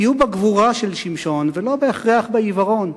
תהיו בגבורה של שמשון, ולא בהכרח בעיוורון.